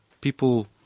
people